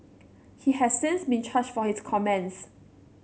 he has since been charged for his comments